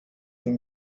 dem